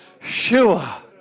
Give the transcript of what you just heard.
Shua